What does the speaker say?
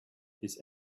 his